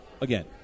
again